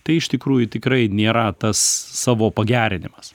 tai iš tikrųjų tikrai nėra tas savo pagerinimas